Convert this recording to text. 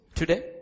today